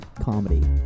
comedy